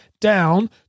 down